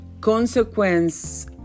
consequence